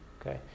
Okay